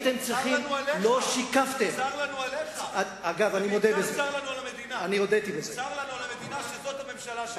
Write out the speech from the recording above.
צר לנו עליך ובעיקר צר לנו על המדינה שזאת הממשלה שלה,